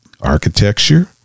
architecture